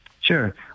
Sure